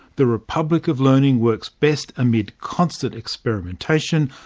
the republic of learning works best amid constant experimentation,